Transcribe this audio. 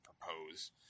propose